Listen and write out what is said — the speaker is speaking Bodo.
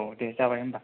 औ दे जाबाय होनबा